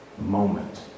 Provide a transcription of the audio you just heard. moment